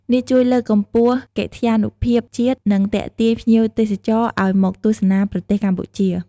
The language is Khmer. នេះជួយលើកកម្ពស់កិត្យានុភាពជាតិ និងទាក់ទាញភ្ញៀវទេសចរឱ្យមកទស្សនាប្រទេសកម្ពុជា។